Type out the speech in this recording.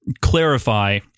clarify